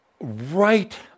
right